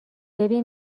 ببین